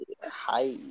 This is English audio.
hi